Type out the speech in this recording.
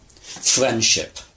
friendship